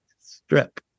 strip